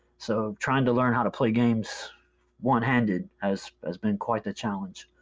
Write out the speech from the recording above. so trying to learn how to play games one-handed has has been quite the challenge.